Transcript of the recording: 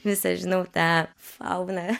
visą žinau tą fauną